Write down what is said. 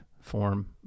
form